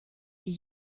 die